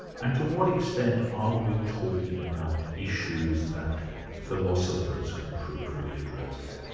and to what extent are we talking about issues that philosophers can fruitfully address?